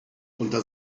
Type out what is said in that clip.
unter